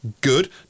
good